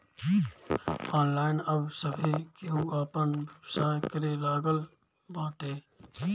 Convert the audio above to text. online अब सभे केहू आपन व्यवसाय करे लागल बाटे